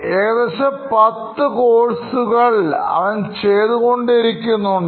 ഏകദേശം 10 കോഴ്സുകൾ അവൻ ചെയ്തുകൊണ്ടിരിക്കുന്നുണ്ട്